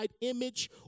image